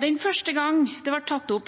Den første gang